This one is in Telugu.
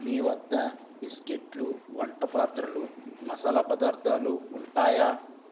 మీ వద్ద బిస్కెట్లు వంట పాత్రలు మసాలా పదార్థాలు ఉంటాయా